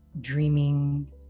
dreaming